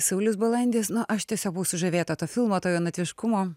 saulius balandis no aš tiesiog buvau sužavėta to filmo to jaunatviškumo